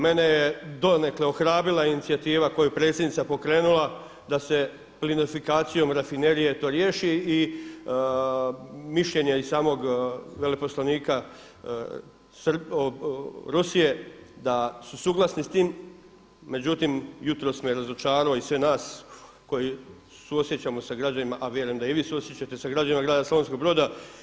Mene je donekle ohrabrila inicijativa koju je predsjednica pokrenula da se plinifikacijom rafinerije to riješi i mišljenja i samog veleposlanika Rusije da su suglasni s time, međutim jutros me razočarao i sve nas koji suosjećamo sa građanima a vjerujem da i vi suosjećate sa građanima grada Slavonskog broda.